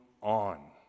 on